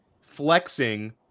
Flexing